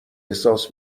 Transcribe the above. احساس